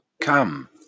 come